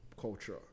culture